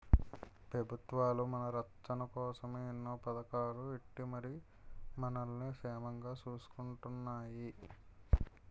పెబుత్వాలు మన రచ్చన కోసమే ఎన్నో పదకాలు ఎట్టి మరి మనల్ని సేమంగా సూసుకుంటున్నాయి